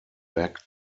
back